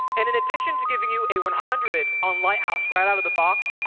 and in addition to giving you a one hundred on lighthouse right out of the box,